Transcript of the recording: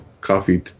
coffee